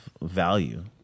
value